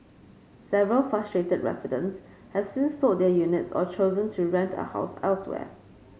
several frustrated residents have since sold their units or chosen to rent a house elsewhere